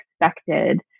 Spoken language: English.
expected